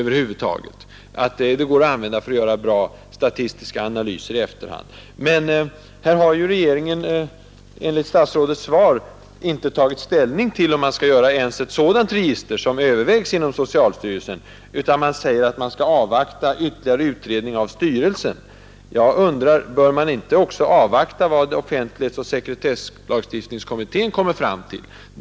Enligt statsrådets svar har regeringen emellertid inte tagit ställning till om det skall läggas upp ens ett sådant register som övervägs inom socialstyrelsen, utan det sägs att man skall avvakta ytterligare utredning av socialstyrelsen. Bör man inte avvakta också vad offentlighetsoch sekretesslagstiftningskommittén kommer fram till?